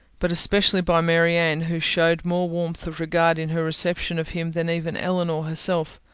but especially by marianne, who showed more warmth of regard in her reception of him than even elinor herself.